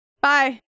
Bye